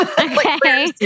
Okay